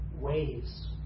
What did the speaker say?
waves